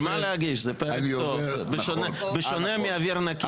בשביל מה להגיש בשונה מאוויר נקי.